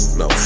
no